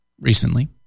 recently